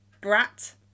Brat